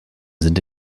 sind